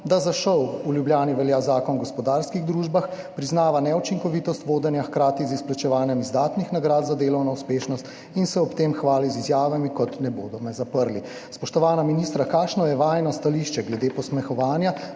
da za ŠOU v Ljubljani velja Zakon o gospodarskih družbah, priznava neučinkovitost vodenja hkrati z izplačevanjem izdatnih nagrad za delovno uspešnost in se ob tem hvali z izjavami, kot je »ne bodo me zaprli«. Spoštovana ministra: Kakšno je vajino stališče glede posmehovanja